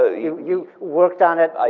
ah you've you've worked on it